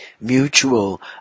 mutual